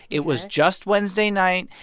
it was just wednesday night.